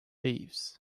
leaves